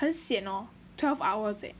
很 sian hor like twelve hours